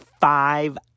five